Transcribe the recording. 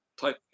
type